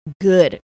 good